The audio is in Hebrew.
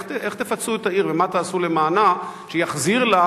איך תפצו את העיר ומה תעשו למענה שיחזיר לה